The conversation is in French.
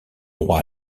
roi